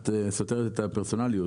את סותרת את הפרסונליות.